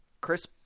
Chris